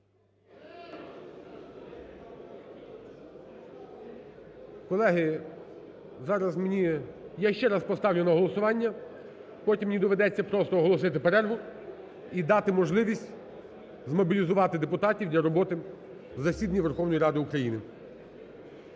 мені… Я ще раз поставлю на голосування. Потім мені доведеться просто оголосити перерву і дати можливість змобілізувати депутатів для роботи у засіданні Верховної Ради України.